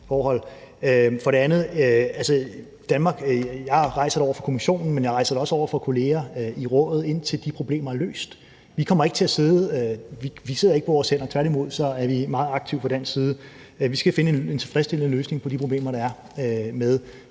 For det andet: Jeg rejser det over for Kommissionen, men jeg rejser det også over for kolleger i Rådet, indtil de problemer er løst. Vi sidder ikke på hænderne, tværtimod er vi meget aktive fra dansk side. Vi skal finde en tilfredsstillende løsning på de problemer, der er, med